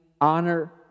honor